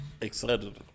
excited